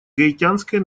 гаитянской